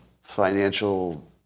financial